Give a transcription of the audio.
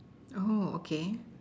oh okay